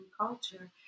culture